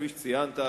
כפי שציינת,